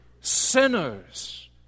sinners